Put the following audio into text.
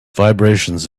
vibrations